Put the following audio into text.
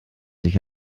sich